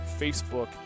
Facebook